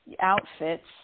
outfits